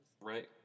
Right